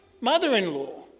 mother-in-law